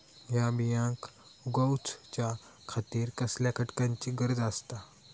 हया बियांक उगौच्या खातिर कसल्या घटकांची गरज आसता?